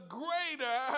greater